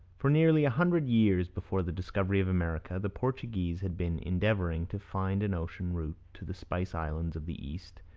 for nearly a hundred years before the discovery of america the portuguese had been endeavouring to find an ocean route to the spice islands of the east